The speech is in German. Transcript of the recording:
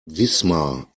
wismar